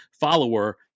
follower